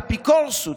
אפיקורסות.